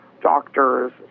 doctors